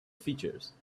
features